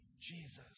Jesus